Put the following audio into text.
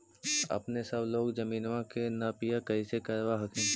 अपने सब लोग जमीनमा के नपीया कैसे करब हखिन?